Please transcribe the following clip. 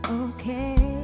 okay